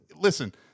Listen